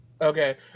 Okay